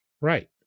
Right